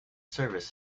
service